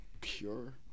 pure